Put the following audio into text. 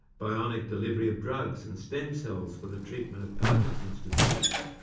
bionic delivery of drugs and stem cells for the treatment of parkinson's disease,